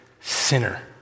sinner